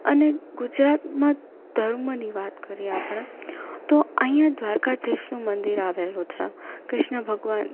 અને ગુજરાતમાં ધર્મની વાત કરીએ આપણે તો અહીંયાં દ્વારકાધીશનું મંદિર આવેલું છે ક્રિશ્ન ભગવાન